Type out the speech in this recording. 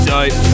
Dope